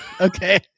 Okay